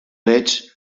veig